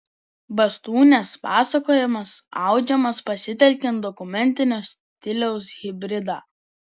bastūnės pasakojimas audžiamas pasitelkiant dokumentinio stiliaus hibridą